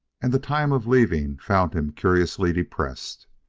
and the time of leaving found him curiously depressed.